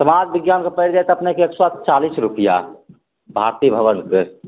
समाज बिज्ञानके परि जायत अपनेकेॅं एक सए चालीस रुपैआ भारती भवनके